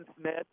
Smith